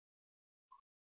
professor S